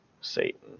satan